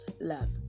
love